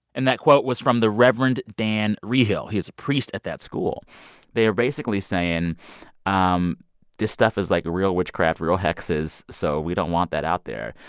and that quote was from the reverend dan rehill. he is a priest at that school they are basically saying um this stuff is, like, real witchcraft, real hexes, so we don't want that out there,